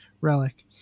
relic